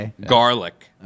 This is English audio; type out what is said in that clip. garlic